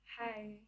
Hi